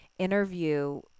interview